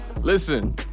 Listen